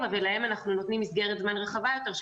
ולהם אנחנו נותנים מסגרת זמן רחבה יותר,